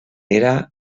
era